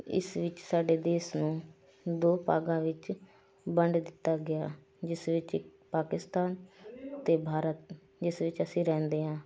ਇਸ ਵਿੱਚ ਸਾਡੇ ਦੇਸ਼ ਨੂੰ ਦੋ ਭਾਗਾਂ ਵਿੱਚ ਵੰਡ ਦਿੱਤਾ ਗਿਆ ਜਿਸ ਵਿੱਚ ਪਾਕਿਸਤਾਨ ਅਤੇ ਭਾਰਤ ਜਿਸ ਵਿੱਚ ਅਸੀਂ ਰਹਿੰਦੇ ਹਾਂ